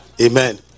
amen